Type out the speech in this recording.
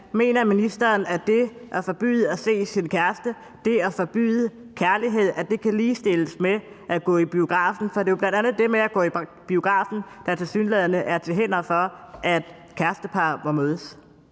Mener ministeren, at det at forbyde nogen at se sin kæreste, det at forbyde kærlighed, kan ligestilles med at gå i biografen? For det er jo bl.a. det med at gå i biografen, der tilsyneladende er til hinder for, at kærestepar må mødes.